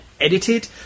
edited